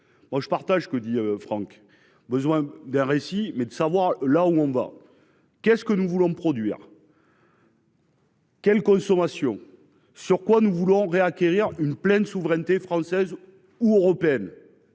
Moi je partage ce que dit Franck besoin d'un récit mais de savoir là où on va. Qu'est ce que nous voulons produire. Quelle consommation sur quoi nous voulons re-acquérir une pleine souveraineté française ou européenne.